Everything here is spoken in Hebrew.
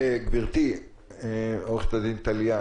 גברתי עורכת-הדין טליה,